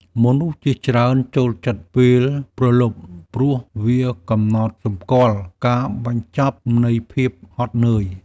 មនុស្សជាច្រើនចូលចិត្តពេលព្រលប់ ព្រោះវាកំណត់សម្គាល់ការបញ្ចប់នៃភាពហត់នឿយ។